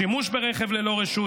שימוש ברכב ללא רשות,